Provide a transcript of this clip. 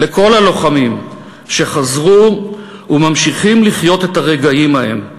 לכל הלוחמים שחזרו וממשיכים לחיות את הרגעים ההם.